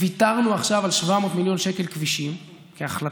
ויתרנו עכשיו על 700 מיליון כבישים, כהחלטה,